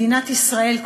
מדינת ישראל,